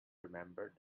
remembered